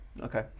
Okay